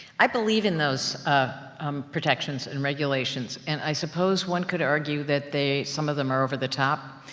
i believe in those ah um protections and regulations, and i suppose, one could argue, that they, some of them are over the top.